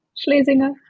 Schlesinger